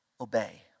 obey